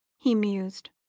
he mused,